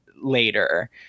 later